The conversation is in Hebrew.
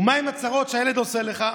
ומהן הצרות שהילד עושה לך?